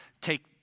take